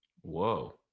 Whoa